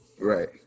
right